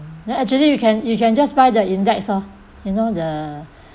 then actually you can you can just buy the index lah you know the